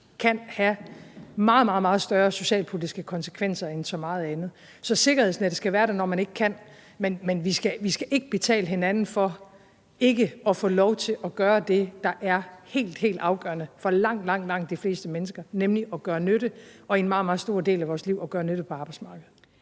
kan have meget, meget større socialpolitiske konsekvenser end så meget andet. Så sikkerhedsnettet skal være der, når man ikke kan det, men vi skal ikke betale hinanden for ikke at få lov til at gøre det, der er helt, helt afgørende for langt, langt de fleste mennesker, nemlig at gøre nytte, og i en meget, meget stor del af vores liv at gøre nytte på arbejdsmarkedet.